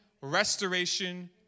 restoration